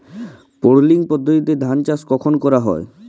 Puddling পদ্ধতিতে ধান চাষ কখন করা হয়?